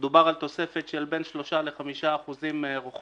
דובר על תוספת של בין 3% ל-5% רוחבית.